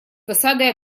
досадой